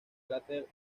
cráter